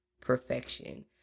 perfection